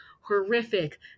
horrific